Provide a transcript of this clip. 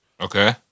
Okay